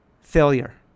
failure